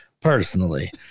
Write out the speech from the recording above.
personally